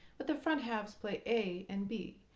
but the front halves play a and b,